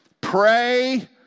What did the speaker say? pray